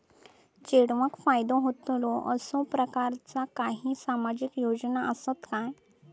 चेडवाक फायदो होतलो असो प्रकारचा काही सामाजिक योजना असात काय?